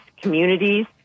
communities